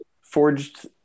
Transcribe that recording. forged